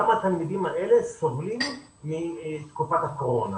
גם התלמידים האלה סובלים מתקופת הקורונה.